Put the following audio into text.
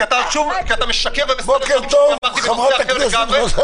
כי אתה משקר --- בנושא אחר לגמרי.